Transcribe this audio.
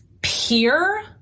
peer